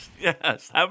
Yes